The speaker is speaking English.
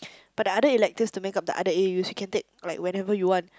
but the other electives to make-up the other A_Us you can take like whenever you want